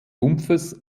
rumpfes